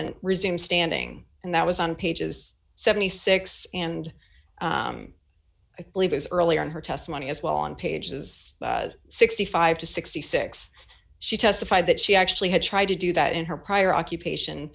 then resume standing and that was on pages seventy six dollars and i believe is earlier in her testimony as well on pages sixty five to sixty six she testified that she actually had tried to do that in her prior occupation